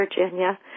Virginia